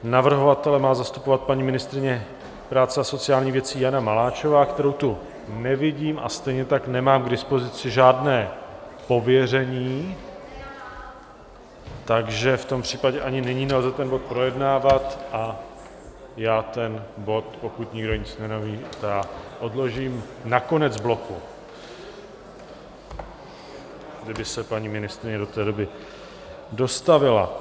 Navrhovatele má zastupovat paní ministryně práce a sociálních věcí Jana Maláčová, kterou tu nevidím, a stejně tak nemám k dispozici žádné pověření, takže v tom případě ani nyní nelze ten bod projednávat a já ten bod, pokud nikdo nic nenamítá, odložím na konec bloku, kdyby se paní ministryně do té doby dostavila.